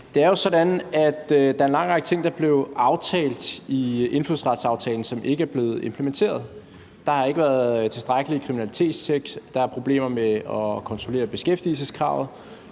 der er en lang række ting, der blev aftalt i indfødsretsaftalen, som ikke er blevet implementeret. Der har ikke været tilstrækkelig mange kriminalitetstjek, der er problemer med at kontrollere beskæftigelseskravet,